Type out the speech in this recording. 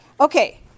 Okay